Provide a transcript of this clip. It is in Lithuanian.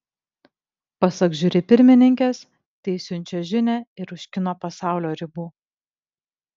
pasak žiuri pirmininkės tai siunčia žinią ir už kino pasaulio ribų